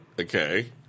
Okay